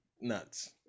nuts